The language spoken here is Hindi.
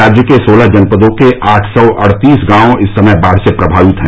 राज्य के सोलह जनपदों के आठ सौ अड़तीस गांव इस समय बाढ़ से प्रभावित है